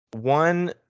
one